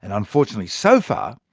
and unfortunately so far,